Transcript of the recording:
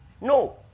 No